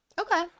Okay